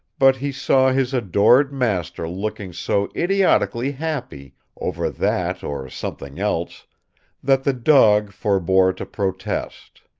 but he saw his adored master looking so idiotically happy over that or something else that the dog forbore to protest.